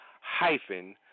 hyphen